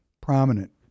prominent